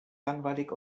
langweilig